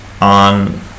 on